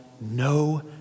no